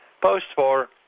post-war